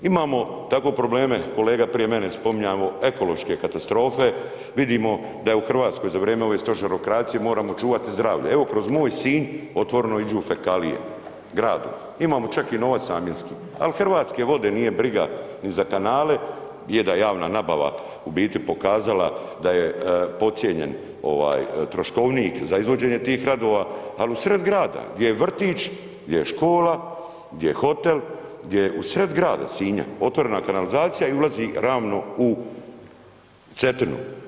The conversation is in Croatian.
Imamo tako probleme, kolege prije mene je spominjao ekološke katastrofe, vidimo da je u Hrvatskoj za vrijeme ove stožerokracije moramo čuvati zdravlje, evo kroz moj Sinj otvoreno je iđu fekalije gradom, imamo čak i novac namjenski, ali Hrvatske vode nije briga ni za kanale, je da je javna nabava u biti pokazala da je podcijenjen troškovnik za izvođenje tih radova, ali u sred grada gdje je vrtić, gdje je škola, gdje je hotel u sred grada Sinja otvorena kanalizacija i ulazi ravno u Cetinu.